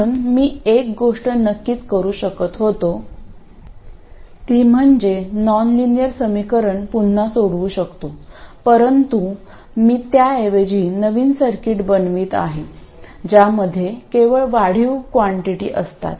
म्हणून मी एक गोष्ट नक्कीच करू शकत होतो ती म्हणजे नॉनलिनियर समीकरण पुन्हा सोडवू शकतो परंतु मी त्याऐवजी नवीन सर्किट बनवित आहे ज्यामध्ये केवळ वाढीव क्वांटीटी असतात